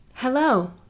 Hello